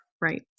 Right